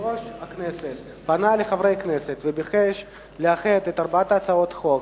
יושב-ראש הכנסת פנה אל חברי הכנסת וביקש לאחד את ארבע הצעות החוק